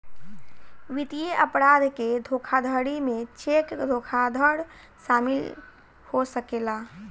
वित्तीय अपराध के धोखाधड़ी में चेक धोखाधड़ शामिल हो सकेला